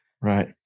Right